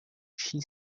she